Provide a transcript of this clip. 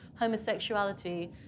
homosexuality